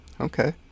Okay